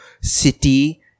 city